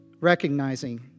recognizing